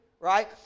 Right